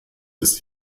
ist